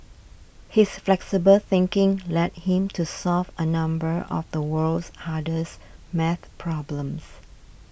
his flexible thinking led him to solve a number of the world's hardest math problems